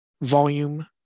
volume